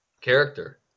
character